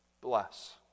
bless